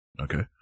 Okay